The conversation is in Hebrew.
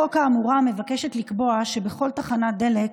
הצעת החוק האמורה מבקשת לקבוע שבכל תחנת דלק